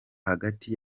hagati